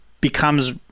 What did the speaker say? becomes